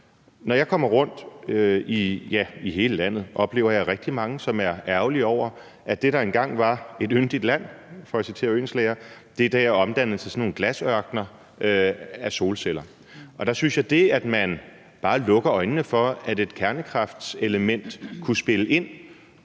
Når jeg kommer rundt i hele landet, møder jeg rigtig mange, som er ærgerlige over, at det, der engang var et yndigt land – for at citere Oehlenschläger – i dag er omdannet til sådan nogle glasørkener af solceller. Der synes jeg bare, at man lukker øjnene for, at et kernekraftselement kunne spille ind